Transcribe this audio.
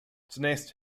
zunächst